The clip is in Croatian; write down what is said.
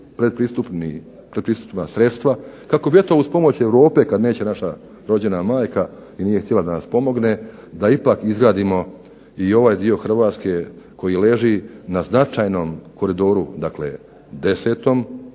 pretpristupna sredstva kako bi eto uz pomoć Europe kada neće naša rođena majka i nije htjela da nas pomogne da ipak izgradimo i ovaj dio HRvatske koji leži na značajnom koridoru dakle 10.